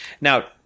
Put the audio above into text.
Now